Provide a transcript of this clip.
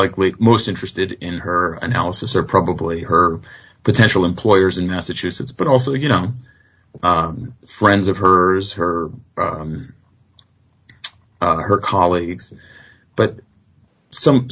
likely most interested in her analysis are probably her potential employers in massachusetts but also you know friends of hers her or her colleagues but some